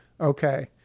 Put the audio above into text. Okay